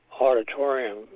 auditorium